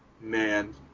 Man